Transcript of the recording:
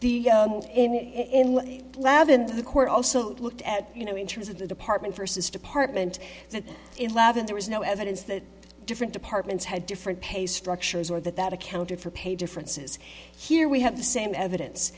court also looked at you know in terms of the department versus department that eleven there was no evidence that different departments had different pay structures or that that accounted for pay differences here we have the same evidence